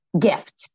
gift